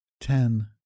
ten